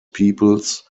peoples